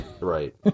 Right